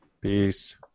Peace